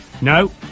No